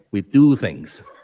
we do things.